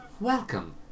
welcome